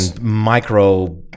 micro